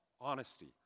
honesty